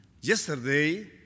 Yesterday